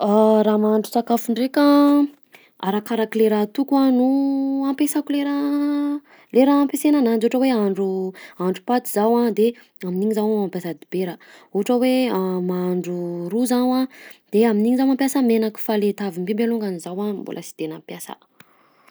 Raha mahandro sakafo ndraika arakarak'le raha atoko a no ampiasako le raha le raha ampiasana ananjy, ohatra hoe ahandro ahandro paty zaho a de amin'igny zaho mampiasa dobera, ohatra hoe mahandro ro zaho de amin'igny zaho mampiasa menaka fa le tavim-biby alongany zaho a mbola sy de nampiasa.